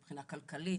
מבחינה כלכלית,